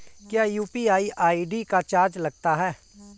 क्या UPI ID का charge लगता है?